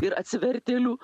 ir atsivertėlių